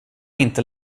inte